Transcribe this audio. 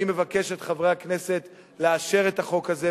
אני מבקש מחברי הכנסת לאשר את החוק הזה,